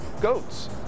goats